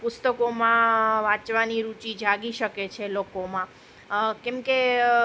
પુસ્તકોમાં વાંચવાની રુચી જાગી શકે છે લોકોમાં કેમ કે